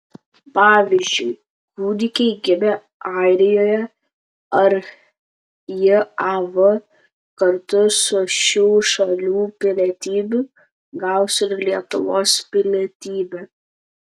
pavyzdžiui kūdikiai gimę airijoje ar jav kartu su šių šalių pilietybe gaus ir lietuvos pilietybę